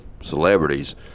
celebrities